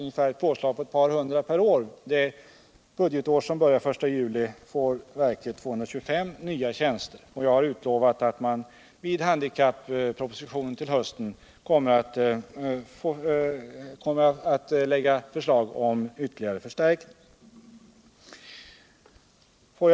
Vi har haft ett påslag på ungefär ett par hundra tjänster per år, och för det budgetår som börjar den 1 juli får verket 225 nya tjänster. Jag har också utlovat att vi i en handikapproposition till hösten kommer att lägga fram ett förslag om ytterligare förstärkning.